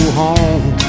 home